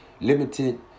limited